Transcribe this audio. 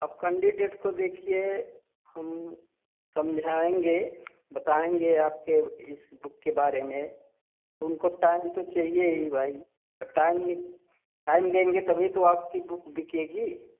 अब कंडीडेट को देखिए हम समझाएँगे बताएँगे आपके इस बुक के बारे में तो उनको टाइम तो चाहिए ही भाई तो टाइम ही टाइम देंगे तभी तो आपकी बुक बिकेगी